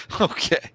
Okay